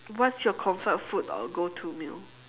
what's your comfort food or go to meal